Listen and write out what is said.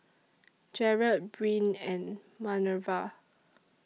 Jarret Bryn and Manerva